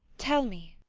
tell me!